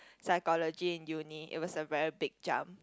psychology in uni it was a very big jump